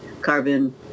carbon